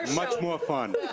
and much more fun.